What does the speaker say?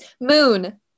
Moon